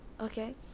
Okay